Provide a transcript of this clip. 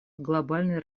глобальной